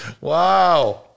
Wow